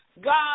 God